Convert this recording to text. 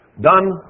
done